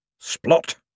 Splot